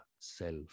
self